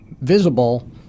visible